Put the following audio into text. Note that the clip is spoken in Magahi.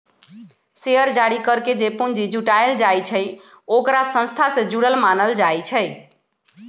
शेयर जारी करके जे पूंजी जुटाएल जाई छई ओकरा संस्था से जुरल मानल जाई छई